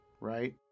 right